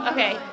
Okay